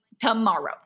tomorrow